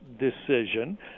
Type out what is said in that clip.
decision